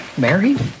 Married